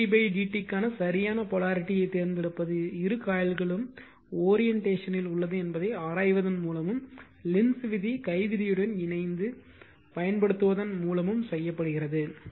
M di dt க்கான சரியான போலாரிட்டியை தேர்ந்தெடுப்பது இரு காயில்களும் ஓரியென்ட்டேசனில் உள்ளது என்பதை ஆராய்வதன் மூலமும் லென்ஸ் விதி கை விதியுடன் இணைந்து பயன்படுத்துவதன் மூலமும் செய்யப்படுகிறது